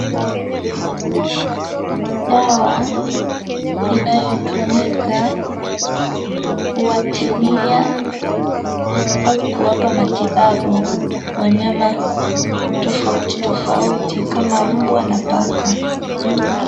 Dawa inayotumika kuwatibia au kuwapa matibabu wanyama tofautitofauti kama mbwa na paka.